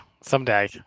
someday